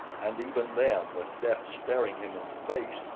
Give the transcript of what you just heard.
and even then, with death staring him in the face,